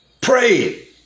Pray